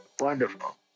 Wonderful